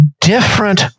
different